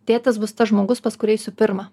tėtis bus tas žmogus pas kurį eisiu pirma